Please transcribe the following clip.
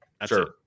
Sure